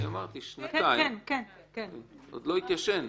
אמרתי, שנתיים, זה עוד לא התיישן,